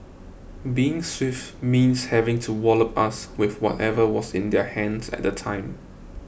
being swift means having to wallop us with whatever was in their hands at the time